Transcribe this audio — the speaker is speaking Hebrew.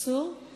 אסור גם